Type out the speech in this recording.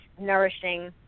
nourishing